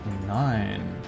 Nine